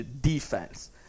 defense